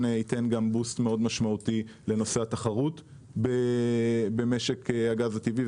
ייתן דחיפה משמעותית לנושא התחרות במשק הגז הטבעי.